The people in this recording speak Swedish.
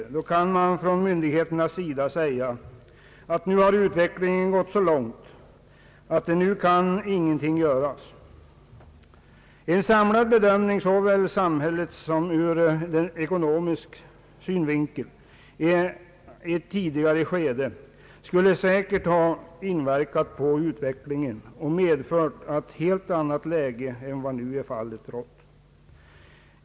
I den situationen kan ju myndigheterna säga att ingenting längre kan göras. En samlad bedömning ur såväl samhällsekonomisk som annan synvinkel i ett tidigare skede hade säkert inverkat på utvecklingen och medfört ett helt annat läge än det som råder i dag.